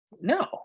No